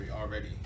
already